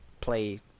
play